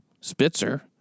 Spitzer